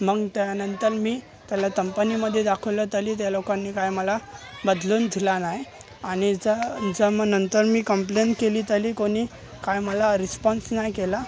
मग त्यानंतर मी त्याला तंपनीमदे दाखवलं तरी त्या लोकांनी काही मला बदलून दिला नाही आणि जर जर मग नंतर मी कंप्लेन केली तरी कोणी काही मला रिस्पॉन्स नाही केला